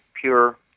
pure